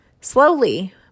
Slowly